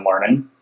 learning